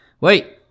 wait